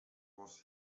was